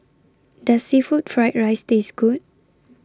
Does Seafood Fried Rice Taste Good